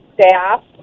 staff